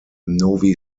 novi